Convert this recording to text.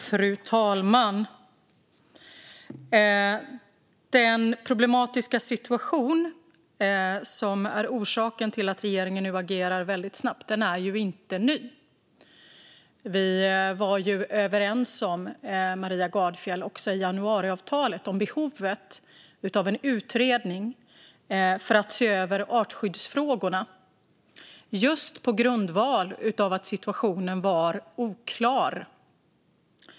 Fru talman! Den problematiska situation som är orsaken till att regeringen nu agerar väldigt snabbt är inte ny. Vi var ju överens i januariavtalet, Maria Gardfjell, om behovet av en utredning för att se över artskyddsfrågorna. Det var just på grundval av att situationen var oklar.